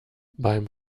beim